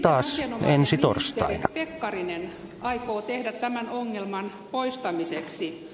mitä asianomainen ministeri pekkarinen aikoo tehdä tämän ongelman poistamiseksi